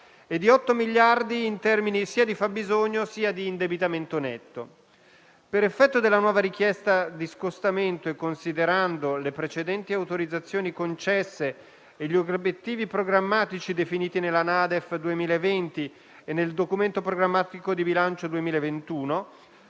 e a 8 miliardi in termini sia di fabbisogno sia di indebitamento netto. Per effetto della nuova richiesta di scostamento e considerando le precedenti autorizzazioni concesse e gli obiettivi programmatici definiti nella NADEF 2020 e nel documento programmatico di bilancio 2021,